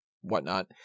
whatnot